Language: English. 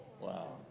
Wow